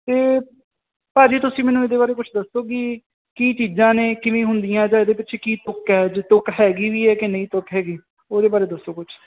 ਅਤੇ ਭਾਅ ਜੀ ਤੁਸੀਂ ਮੈਨੂੰ ਇਹਦੇ ਬਾਰੇ ਕੁਝ ਦੱਸੋ ਕਿ ਕੀ ਚੀਜ਼ਾਂ ਨੇ ਕਿਵੇਂ ਹੁੰਦੀਆਂ ਜਾਂ ਇਹਦੇ ਪਿੱਛੇ ਕੀ ਤੁੱਕ ਹੈ ਜੇ ਤੁੱਕ ਹੈਗੀ ਵੀ ਹੈ ਕਿ ਨਹੀਂ ਤੁੱਕ ਹੈਗੀ ਉਹਦੇ ਬਾਰੇ ਦੱਸੋ ਕੁਛ